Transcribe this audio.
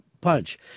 punch